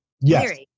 Yes